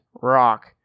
rock